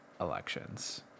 elections